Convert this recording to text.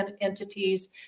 entities